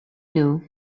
nhw